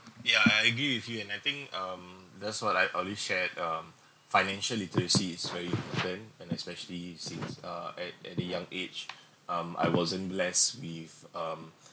yeah I agree with you and I think um that's what I always shared um financial literacy is very important and especially since uh at at the young age um I wasn't blessed with um